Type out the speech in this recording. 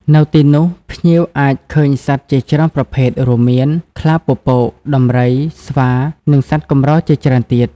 នៅទីនោះ ភ្ញៀវអាចឃើញសត្វជាច្រើនប្រភេទ រួមមាន ខ្លាពពក ដំរី ស្វា និងសត្វកម្រជាច្រើនទៀត ។